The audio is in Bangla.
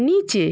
নিচে